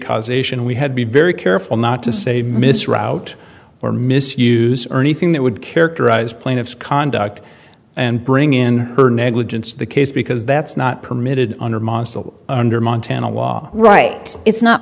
causation we had be very careful not to say miss route or misuse or anything that would characterize plaintiff's conduct and bring in her negligence the case because that's not permitted under mostel under montana law right is not